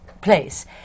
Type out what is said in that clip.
place